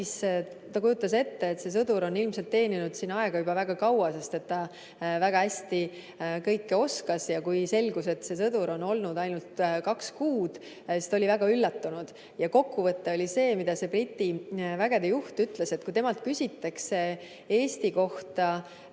ta kujutas ette, et see sõdur on ilmselt teeninud siin aega juba väga kaua, sest ta väga hästi kõike oskas. Aga kui selgus, et see sõdur on olnud siin ainult kaks kuud, siis ta oli väga üllatunud. Kokkuvõte oli see, mida see Briti vägede juht ütles, et kui temalt küsitakse Eesti kohta,